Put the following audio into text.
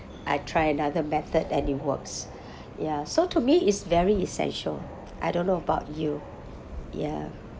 I try another method and it works ya so to me it's very essential I don't know about you ya